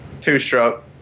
Two-stroke